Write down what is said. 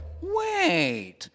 Wait